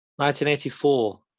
1984